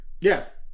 Yes